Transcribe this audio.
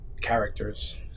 characters